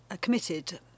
committed